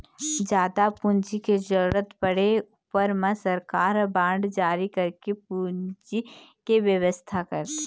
जादा पूंजी के जरुरत पड़े ऊपर म सरकार ह बांड जारी करके पूंजी के बेवस्था करथे